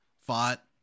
fought